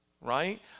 Right